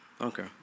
okay